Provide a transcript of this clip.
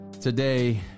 Today